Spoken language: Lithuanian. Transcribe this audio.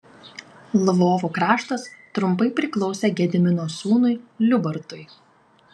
lvovo kraštas trumpai priklausė gedimino sūnui liubartui